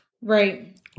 Right